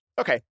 Okay